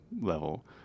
level